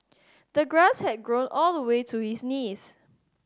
the grass had grown all the way to his knees